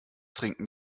trinken